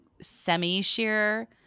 semi-sheer